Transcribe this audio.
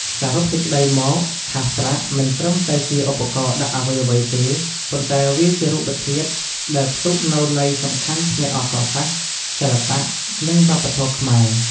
សរុបសេចក្តីមកថាសប្រាក់មិនត្រឹមតែជាឧបករណ៍ដាក់អ្វីៗទេ ប៉ុន្តែវាជារូបធាតុដែលផ្ទុកនូវន័យសំខាន់ផ្នែកអក្សរសាស្ត្រ សិល្បៈ និងវប្បធម៌ខ្មែរ។